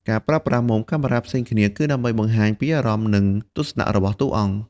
ការប្រើប្រាស់មុំកាមេរ៉ាផ្សេងៗគ្នា គឺដើម្បីបង្ហាញពីអារម្មណ៍ និងទស្សនៈរបស់តួអង្គ។